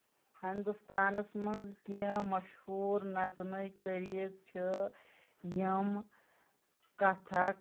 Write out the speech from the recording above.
ہِنٛدُستانَس منٛز کیٚنٛہہ مشہوٗر نَژنٕکۍ طٔریقہٕ چھِ یِم کَتھک